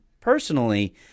personally